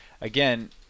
again